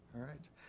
alright.